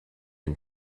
and